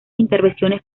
intervenciones